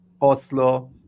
Oslo